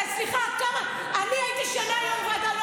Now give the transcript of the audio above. סליחה, אני הייתי שנה יו"ר ועדה.